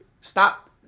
stop